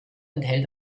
enthält